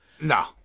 No